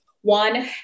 One